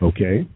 Okay